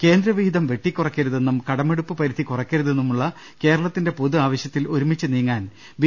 കേന്ദ്രവിഹിതം വെട്ടിക്കുറയ്ക്കരുതെന്നും കടമെടുപ്പ് പരിധി കുറയ്ക്കരു തെന്നുമുള്ള കേരളത്തിന്റെ പൊതു ആവശ്യത്തിൽ ഒരുമിച്ച് നീങ്ങാൻ ബി